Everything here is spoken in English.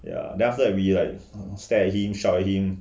ya then after that we like stared at him shout at him